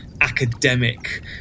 academic